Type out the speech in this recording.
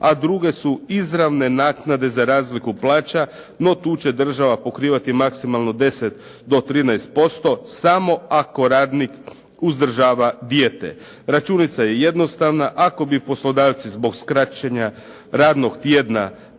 a druge su izravne naknade za razliku plaća, no tu će država pokrivati maksimalno 10 do 13%, samo ako radnik uzdržava dijete. Računica je jednostavna. Ako bi poslodavci zbog skraćenja radnog tjedna